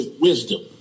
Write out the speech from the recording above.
wisdom